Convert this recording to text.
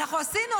אנחנו עשינו,